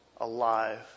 Alive